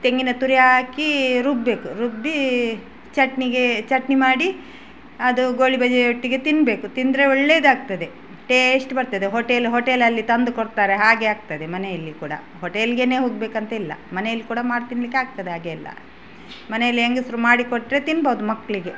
ತೆಂಗಿನ ತುರಿ ಹಾಕಿ ರುಬ್ಬಬೇಕು ರುಬ್ಬಿ ಚಟ್ನಿಗೆ ಚಟ್ನಿ ಮಾಡಿ ಅದು ಗೋಳಿಬಜೆ ಒಟ್ಟಿಗೆ ತಿನ್ನಬೇಕು ತಿಂದರೆ ಒಳ್ಳೆಯದಾಗ್ತದೆ ಟೇಸ್ಟ್ ಬರ್ತದೆ ಹೋಟೆಲ್ ಹೋಟೆಲಲ್ಲಿ ತಂದು ಕೊಡ್ತಾರೆ ಹಾಗೆ ಆಗ್ತದೆ ಮನೆಯಲ್ಲಿ ಕೂಡ ಹೋಟೆಲ್ಗೇನೆ ಹೋಗ್ಬೇಕಂತ ಇಲ್ಲ ಮನೆಯಲ್ಲಿ ಕೂಡ ಮಾಡಿ ತಿನ್ನಲಿಕ್ಕೆ ಆಗ್ತದೆ ಹಾಗೆ ಎಲ್ಲ ಮನೆಯಲ್ಲಿ ಹೆಂಗಸರು ಮಾಡಿ ಕೊಟ್ಟರೆ ತಿನ್ಬಹುದು ಮಕ್ಕಳಿಗೆ